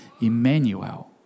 Emmanuel